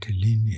linear